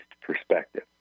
perspective